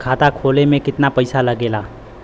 खाता खोले में कितना पईसा लगेला?